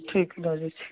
ठीक दऽ दै छी